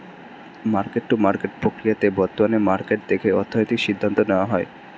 market to market প্রক্রিয়াতে বর্তমান market দেখে অর্থনৈতিক সিদ্ধান্ত নেওয়া হয়